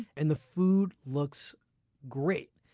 and the food looks great.